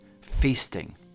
feasting